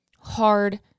hard